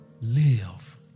live